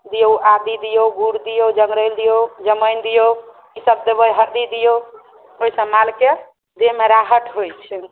दिऔ आदि दिऔ गुड़ दिऔ जगरैल दिऔ जमाइन दिऔ ई सब देबै हरदि दिऔ ओहिसँ मालके देहमे राहत होइत छै